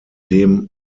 dem